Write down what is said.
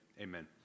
amen